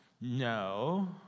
No